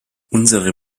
unsere